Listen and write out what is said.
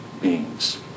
beings